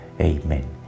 Amen